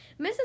Mrs